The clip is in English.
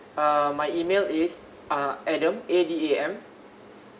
uh my email is ah adam A D A M